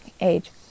age